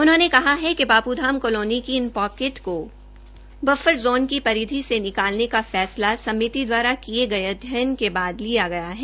उन्होंने कहा कि बाप्धाम कालोनी की इन पोकेट को बफर ज़ोन की परिधि से निकालने का फैसला समिति द्वारा किये गये अध्ययन के बाद लिया गया है